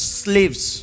slaves